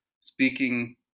speaking